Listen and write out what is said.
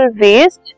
waste